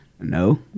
no